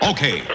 Okay